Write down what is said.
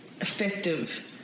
effective